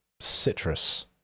citrus